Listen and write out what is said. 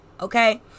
okay